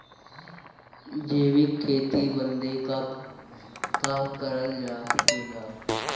जैविक खेती बदे का का करल जा सकेला?